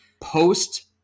post